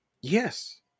Yes